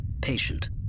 patient